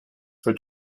for